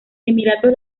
emiratos